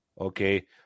Okay